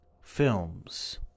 films